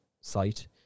site